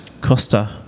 costa